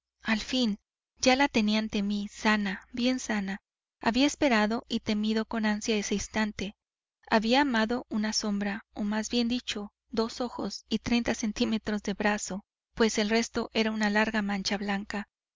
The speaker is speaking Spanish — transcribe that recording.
al fin ya la tenía ante mí sana bien sana había esperado y temido con ansia ese instante había amado una sombra o más bien dicho dos ojos y treinta centímetros de brazo pues el resto era una larga mancha blanca